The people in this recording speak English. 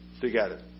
together